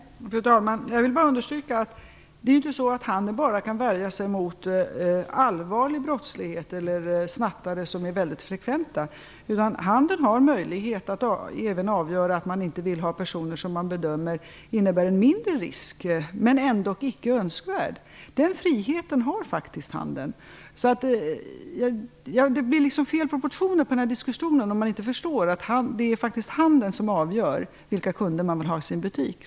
Fru talman! Jag vill bara understryka att det inte är så att handeln bara kan värja sig mot allvarlig brottslighet eller snattare som är mycket frekventa. Handeln har även möjlighet att avgöra att man inte vill ha personer som man bedömer innebär en mindre risk men som ändå icke är önskvärda. Den friheten har faktiskt handeln. Det blir fel proportioner på den här diskussionen om man inte förstår att det faktiskt är handeln som avgör vilka kunder de vill ha i sin butik.